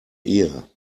ear